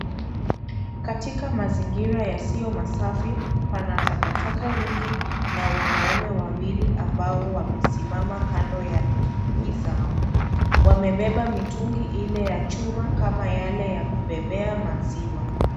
Katika mazingira yasiyo masafi, pana takataka nyingi, na wanaume wawili ambao wamesimama kando ya pikipiki zao wamebeba mitungi ile ya chuma kama yale ya kubebea maziwa.